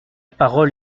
parole